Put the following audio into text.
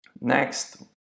next